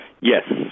Yes